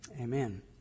amen